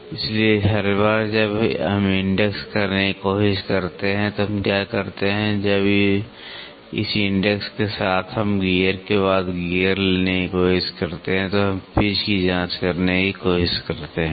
इसलिए हर बार जब हम इंडेक्स करने की कोशिश करते हैं तो हम क्या करते हैं जब इस इंडेक्स के साथ हम गियर के बाद गियर लेने की कोशिश करते हैं तो हम पिच की जांच करने की कोशिश करते हैं